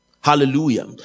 Hallelujah